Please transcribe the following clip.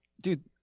Dude